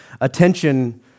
attention